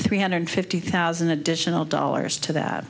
three hundred fifty thousand additional dollars to that